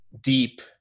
deep